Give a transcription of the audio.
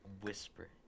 Whisper